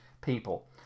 people